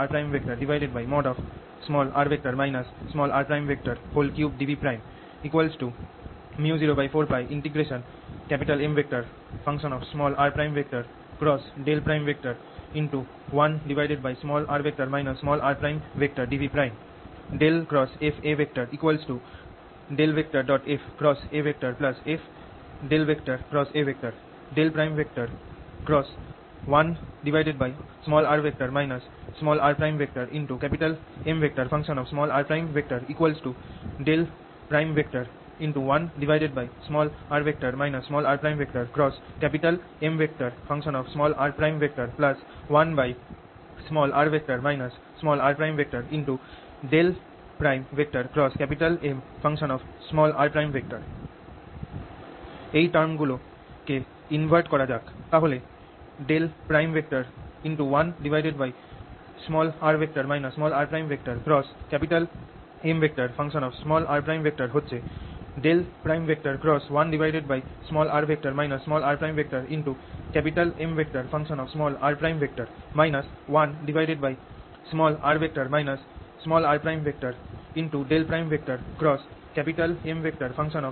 3dV µ04πMr1r rdV × f×A fA ×1r rMr 1r rMr 1r r Mr এই term গুলো কে invert করা যাক তাহলে 1r rMr হচ্ছে 1r rMr 1r rMr